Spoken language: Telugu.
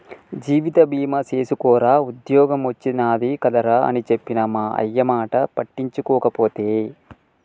జీవిత బీమ సేసుకోరా ఉద్ద్యోగం ఒచ్చినాది కదరా అని చెప్పిన మా అయ్యమాట పట్టించుకోకపోతి